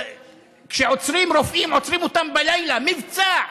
כשעוצרים רופאים, עוצרים אותם בלילה, מבצע,